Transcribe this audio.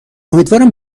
امیدوارم